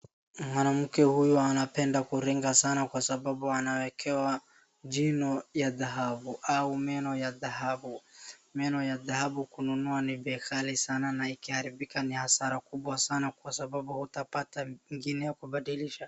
Mwanamke huyu anapenda kuringa sana kwa sababu anawekewa jino ya dhahabu au meno ya dhahabu. Meno ya dhahabu kununua ni bei ghali sana na ikiharibika ni hasara kubwa sana kwa sababu hutapata ingine ya kubadilisha.